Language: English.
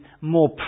more